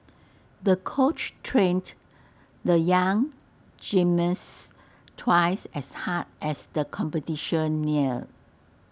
the coach trained the young gymnast twice as hard as the competition neared